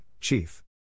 Chief